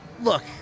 Look